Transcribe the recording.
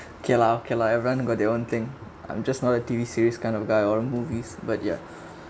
okay lah okay lah everyone got their own thing I'm just not a T_V series kind of guy or movies but yeah